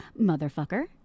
Motherfucker